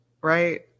right